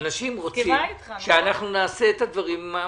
אנשים רוצים שאנחנו נעשה את הדברים.